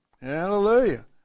Hallelujah